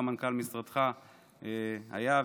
גם מנכ"ל משרדך היה והשתתף,